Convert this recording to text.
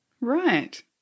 right